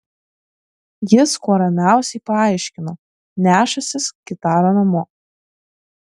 jis kuo ramiausiai paaiškino nešąsis gitarą namo